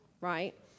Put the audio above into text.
right